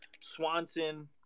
Swanson